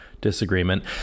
disagreement